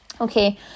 Okay